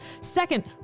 Second